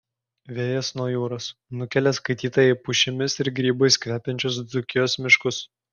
vėjas nuo jūros nukelia skaitytoją į pušimis ir grybais kvepiančius dzūkijos miškus